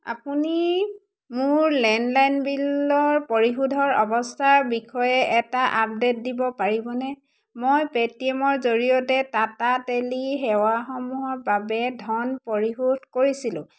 আপুনি মোৰ লেণ্ডলাইন বিলৰ পৰিশোধৰ অৱস্থাৰ বিষয়ে এটা আপডেট দিব পাৰিবনে মই পে'টিএমৰ জৰিয়তে টাটা টেলি সেৱাসমূহৰ বাবে ধন পৰিশোধ কৰিছিলোঁ